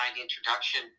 introduction